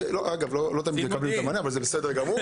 אגב, לא תמיד מקבלים מענה אבל זה בסדר גמור.